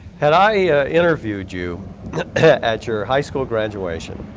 had i interviewed you at your high school graduation,